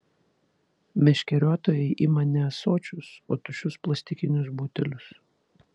meškeriotojai ima ne ąsočius o tuščius plastikinius butelius